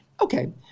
Okay